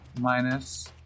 Minus